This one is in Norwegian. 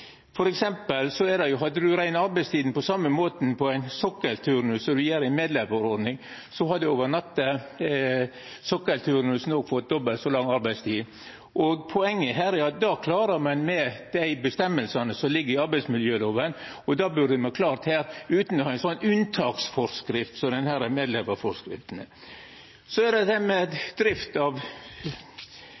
det grunnlaget vidarefører slike ordningar. Hadde ein f.eks. rekna arbeidstida på same måten i ein sokkelturnus som ein gjer i ei medleverordning, hadde sokkelturnusen fått dobbelt så lang arbeidstid. Poenget er at det klarar ein med dei reglane som ligg i arbeidsmiljøloven, og det burde me klara her utan å ha ei unntaksforskrift, som denne medleverforskrifta er. Så til dette med drift av